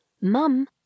Mum